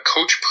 Coach